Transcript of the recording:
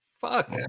fuck